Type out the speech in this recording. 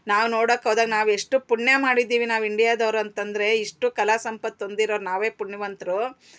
ನಾವು ನೋಡೊಕ್ಕೋದಾಗ ನಾವೆಷ್ಟು ಪುಣ್ಯ ಮಾಡಿದ್ದೀವಿ ನಾವು ಇಂಡ್ಯಾದದವರು ಅಂತಂದರೆ ಇಷ್ಟು ಕಲಾಸಂಪತ್ತು ಹೊಂದಿರೋ ನಾವೇ ಪುಣ್ಯವಂತರು